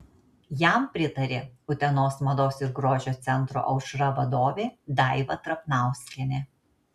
jam pritarė utenos mados ir grožio centro aušra vadovė daiva trapnauskienė